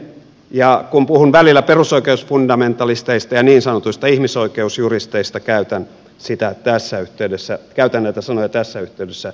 ja kun puhun välillä perusoikeusfundamentalisteista ja niin sanotuista ihmisoikeusjuristeista käytän näitä sanoja tässä yhteydessä synonyymeina